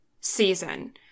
season